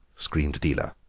screamed adela.